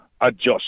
adjust